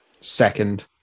second